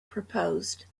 proposed